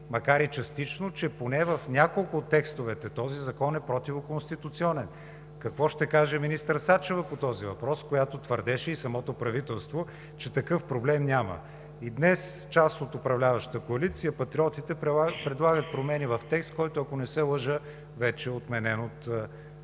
макар и частично, че поне в няколко от текстовете този закон е противоконституционен. Какво ще каже министър Сачева по този въпрос, която твърдеше, а и самото правителство, че такъв проблем няма? И днес част от управляващата коалиция – Патриотите, предлагат промени в текст, който, ако не се лъжа, вече е обявен за